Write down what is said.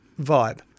vibe